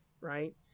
right